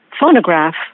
phonograph